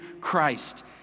Christ